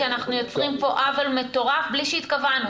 כי אנחנו יוצרים פה עוול מטורף בלי שהתכוונו.